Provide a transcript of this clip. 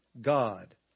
God